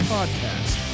Podcast